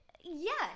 yes